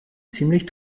ziemlich